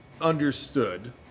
understood